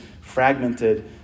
fragmented